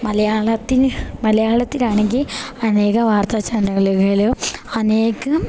മലയാളത്തിന് മലയാളത്തിലാണെങ്കിൽ അനേകം വാർത്താ ചാനലുകലും അനേകം